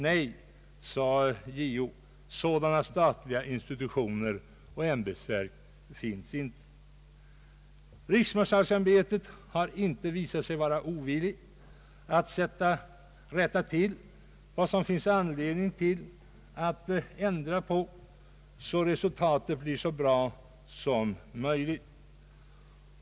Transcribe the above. Nej, sade JO, sådana statliga institutioner och ämbetsverk finns inte. Riksmarskalksämbetet har inte visat sig vara ovilligt att rätta till vad som finns anledning att ändra på, så att resultatet blir så bra som möjligt.